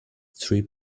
three